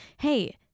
Hey